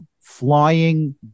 flying